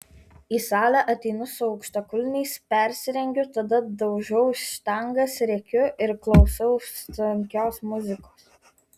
į salę ateinu su aukštakulniais persirengiu tada daužau štangas rėkiu ir klausau sunkios muzikos